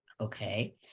Okay